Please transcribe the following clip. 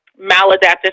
maladaptive